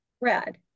red